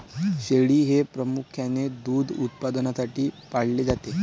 शेळी हे प्रामुख्याने दूध उत्पादनासाठी पाळले जाते